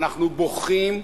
אנחנו בוכים,